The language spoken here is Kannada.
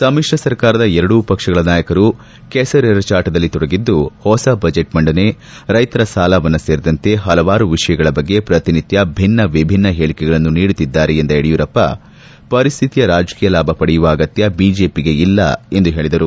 ಸಮಿತ್ರ ಸರ್ಕಾರದ ಎರಡೂ ಪಕ್ಷಗಳ ನಾಯಕರು ಕೆಸರೆರಚಾಟದಲ್ಲಿ ತೊಡಗಿದ್ದು ಹೊಸ ಬಜೆಟ್ ಮಂಡನೆ ರೈತರ ಸಾಲಮನ್ನಾ ಸೇರಿದಂತೆ ಪಲವಾರು ವಿಷಯಗಳ ಬಗ್ಗೆ ಪ್ರತಿನಿತ್ಯ ಭಿನ್ನ ವಿಭಿನ್ನ ಹೇಳಕೆಗಳನ್ನು ನೀಡುತ್ತಿದ್ದಾರೆ ಎಂದ ಯಡಿಯೂರಪ್ಪ ಪರಿಸ್ತಿತಿಯ ರಾಜಕೀಯ ಲಾಭ ಪಡೆಯುವ ಅಗತ್ಯ ಬಿಜೆಪಿಗೆ ಇಲ್ಲ ಎಂದು ಹೇಳಿದರು